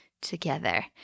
together